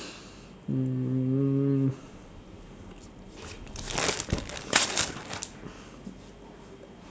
mm